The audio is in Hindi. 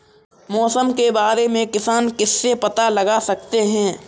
मौसम के बारे में किसान किससे पता लगा सकते हैं?